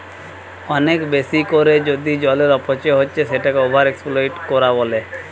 অনেক বেশি কোরে যদি জলের অপচয় হচ্ছে সেটাকে ওভার এক্সপ্লইট কোরা বলে